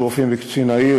של רופאים בקצין העיר,